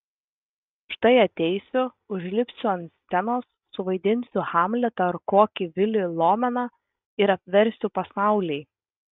štai ateisiu užlipsiu ant scenos suvaidinsiu hamletą ar kokį vilį lomeną ir apversiu pasaulį